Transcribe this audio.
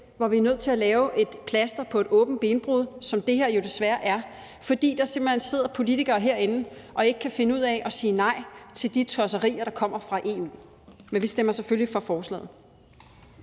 hvor vi er nødt til at sætte et plaster på et åbent benbrud, som det her jo desværre er at gøre, fordi der simpelt hen sidder politikere herinde, som ikke kan finde ud af at sige nej til de tosserier, der kommer fra EU. Men vi stemmer selvfølgelig for forslaget.